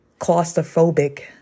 claustrophobic